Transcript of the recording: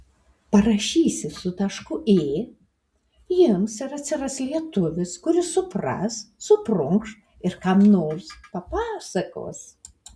parašysi su tašku ė ims ir atsiras lietuvis kuris supras suprunkš ir kam nors papasakos